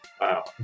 Wow